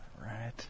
Right